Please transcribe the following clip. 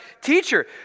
teacher